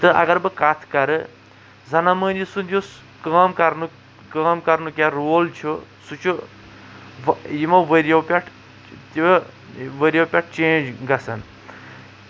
تہٕ اَگربہٕ کَتھ کَرٕ زَنان موہنیو سُنٛد یُس کٲم کَرنُک کٲم کرنُک یا رول چھُ سُہ چھُ یِمو ؤرۍیو پٮ۪ٹھ تہٕ ؤرۍیو پٮ۪ٹھ چینٛج گژھان